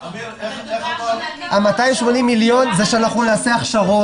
ה-280 מיליון הם כדי שנעשה הכשרות,